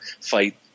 fight